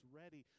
ready